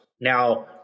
Now